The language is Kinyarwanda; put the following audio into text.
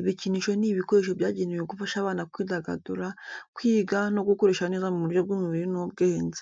Ibikinisho ni ibikoresho byagenewe gufasha abana kwidagadura, kwiga, no gukura neza mu buryo bw'umubiri n'ubwenge.